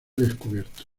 descubierto